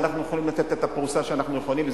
אז אנחנו יכולים לתת את הפרוסה שאנחנו יכולים,